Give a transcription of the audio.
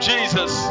Jesus